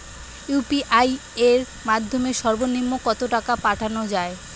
UPI এর মাধ্যমে সর্ব নিম্ন কত টাকা পাঠানো য়ায়?